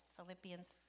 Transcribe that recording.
Philippians